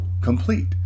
complete